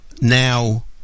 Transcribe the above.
now